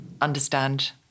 understand